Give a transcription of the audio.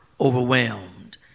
overwhelmed